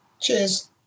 Cheers